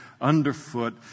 underfoot